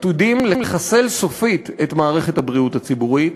עתיד לחסל סופית את מערכת הבריאות הציבורית.